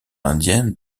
indienne